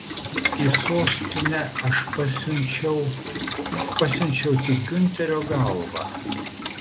į sostinę aš pasiunčiau pasiunčiau tik giunterio galvą